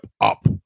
up